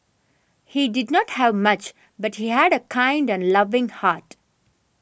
he did not have much but he had a kind and loving heart